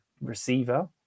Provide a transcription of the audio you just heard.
receiver